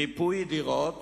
מיפוי דירות